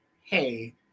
hey